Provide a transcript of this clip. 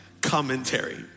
commentary